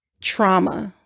trauma